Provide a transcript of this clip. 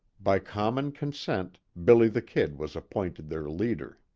by common consent, billy the kid was appointed their leader.